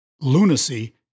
lunacy